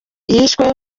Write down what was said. yiswe